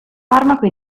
farmaco